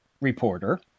reporter